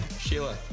Sheila